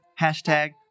hashtag